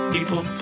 People